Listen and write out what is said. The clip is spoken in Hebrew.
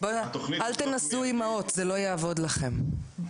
אל תנסו אימהות, זה לא יעבוד לכם.